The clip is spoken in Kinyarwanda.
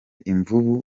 imvubu